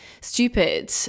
stupid